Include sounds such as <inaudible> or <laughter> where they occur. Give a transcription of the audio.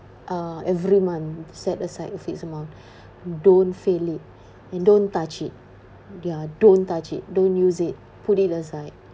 uh every month set aside a fixed amount <breath> don't fail it and don't touch it ya don't touch it don't use it put it aside